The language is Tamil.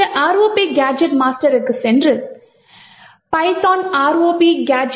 இந்த ROP Gadget master க்குச் சென்று python ROPgadget